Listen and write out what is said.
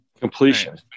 Completion